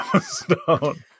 stone